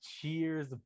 cheers